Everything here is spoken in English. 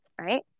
right